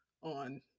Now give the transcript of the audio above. on